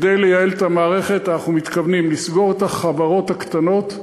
כדי לייעל את המערכת אנחנו מתכוונים לסגור את החברות הקטנות,